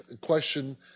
question